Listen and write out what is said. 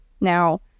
Now